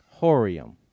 horium